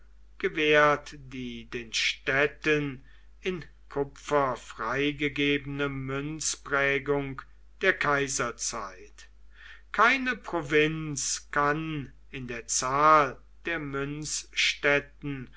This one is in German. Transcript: gewährt die den städten in kupfer freigegebene münzprägung der kaiserzeit keine provinz kann in der zahl der